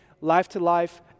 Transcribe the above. life-to-life